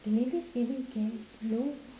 the lady's giving cash no